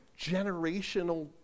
Generational